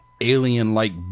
alien-like